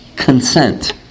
Consent